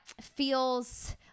feels